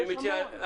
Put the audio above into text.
לביאן,